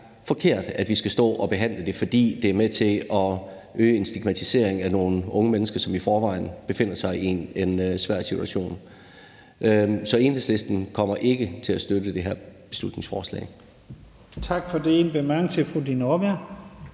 forkert, at vi skal stå og behandle det, for det er med til at øge en stigmatisering af nogle unge mennesker, som i forvejen befinder sig i en svær situation. Så Enhedslisten kommer ikke til at støtte det her beslutningsforslaget. Kl. 11:54 Første næstformand (Leif